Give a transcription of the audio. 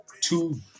two